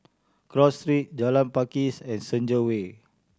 Cross Street Jalan Pakis and Senja Way